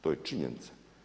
To je činjenica.